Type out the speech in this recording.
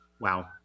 wow